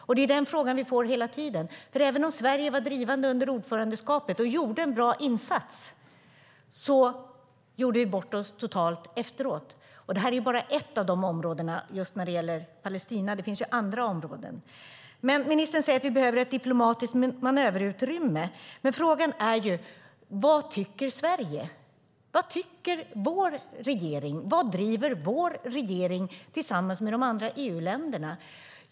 Och det är den frågan vi får hela tiden, för även om Sverige var drivande under ordförandeskapet och gjorde en bra insats gjorde vi bort oss totalt efteråt. Det här är bara ett av de områdena när det gäller just Palestina. Det finns också andra områden. Ministern säger att vi behöver ett diplomatiskt manöverutrymme. Men frågan är: Vad tycker Sverige? Vad tycker vår regering? Vad driver vår regering tillsammans med de andra EU-länderna?